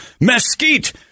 mesquite